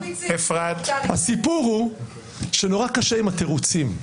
--- הסיפור הוא שנורא קשה עם התירוצים.